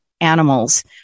animals